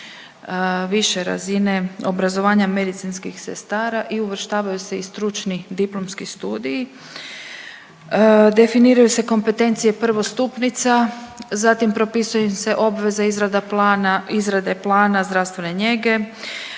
više razine obrazovanja medicinskih sestara i uvrštavaju se i stručni diplomski studiji. Definiraju se kompetencije prvostupnica, zatim propisuje im se obveza izrade plana zdravstvene njege.